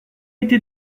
été